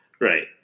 Right